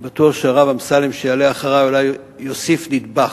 אני בטוח שהרב אמסלם, שיעלה אחרי, יוסיף נדבך.